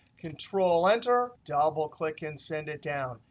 control-enter, double click, and send it down.